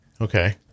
Okay